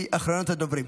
היא אחרונת הדוברים.